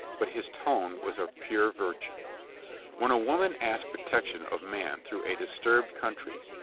but his tone was of pure virtue when a woman asks protection of man through a disturbed country,